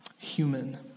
human